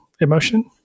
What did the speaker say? emotion